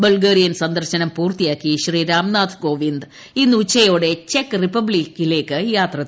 Bulgarian സന്ദർശനം പൂർത്തിയാക്കി ശ്രീ രാംനാഥ് കോവിന്ദ് ഇന്ന് ഉച്ചയോടെ ചെക്ക് റിപ്പബ്പിക്കിലേക്ക് യാത്ര തിരിക്കും